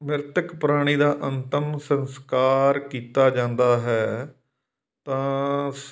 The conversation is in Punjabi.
ਮ੍ਰਿਤਕ ਪ੍ਰਾਣੀ ਦਾ ਅੰਤਿਮ ਸੰਸਕਾਰ ਕੀਤਾ ਜਾਂਦਾ ਹੈ ਤਾਂ